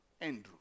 Andrew